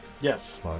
Yes